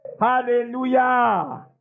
Hallelujah